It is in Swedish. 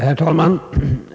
Herr talman!